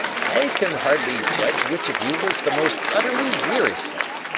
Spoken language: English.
i can hardly judge which of you was the most utterly wearisome,